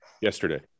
yesterday